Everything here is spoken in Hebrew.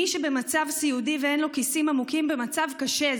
מי שבמצב סיעודי ואין לו כיסים עמוקים, במצב קשה.